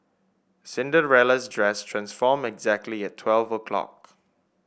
Cinderella's dress transformed exactly at twelve o'clock